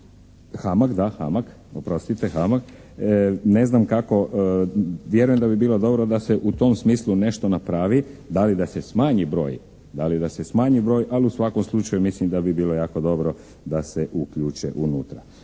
HAMAG da, oprostite. HAMAG. Ne znam kako, vjerujem da bi bilo dobro da se u tom smislu nešto napravi, da li da se smanji broj, ali u svakom slučaju mislim da bi bilo jako dobro da se uključe unutra.